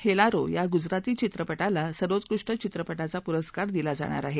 हेलारो या गुजराती चित्रपटाला सर्वोत्कृष्ट चित्रपटाचा पुरस्कार दिला जाणार आहे